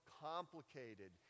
complicated